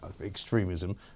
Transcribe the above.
extremism